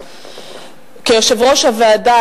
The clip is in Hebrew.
כיושב-ראש הוועדה,